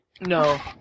No